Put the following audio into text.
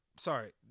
Sorry